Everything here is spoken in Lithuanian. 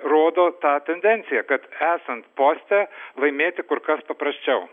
rodo tą tendenciją kad esant poste laimėti kur kas paprasčiau